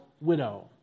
widow